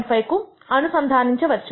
5 కు అనుసంధానించవచ్చు